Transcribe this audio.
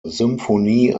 symphonie